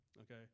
okay